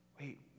wait